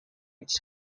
its